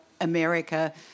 America